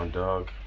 and dog?